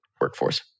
workforce